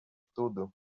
tudo